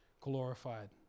glorified